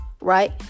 right